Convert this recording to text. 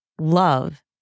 love